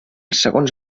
segons